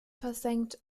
versenkt